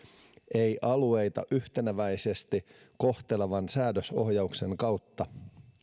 ei alueita yhteneväisesti kohtelevan säädösohjauksen kautta